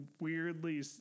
weirdly